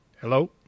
Hello